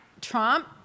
Trump